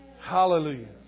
hallelujah